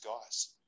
guys